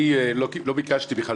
אני מסכים.